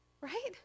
right